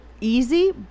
easy